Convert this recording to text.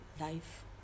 life